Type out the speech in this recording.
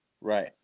Right